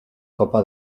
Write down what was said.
copa